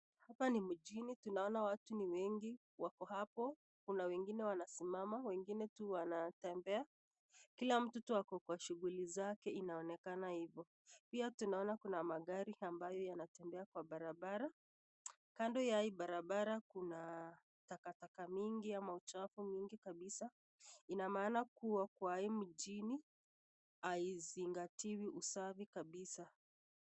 Hapa ni mchini tunaona watu ni wengi wako hapo na wengine tu wanasimama na wengine wanatembea Kila mtu ako na shughuli zake inaonekana hivo pia tunaona Kuna magari ambayo inatembea Kwa barabara kando ya hii barabara Kuna takataka mingi ama uchafu mingi kabisa ina maana kuwa Kwa hii mchini hasingatii usafi kabisa.